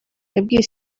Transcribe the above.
yabwiye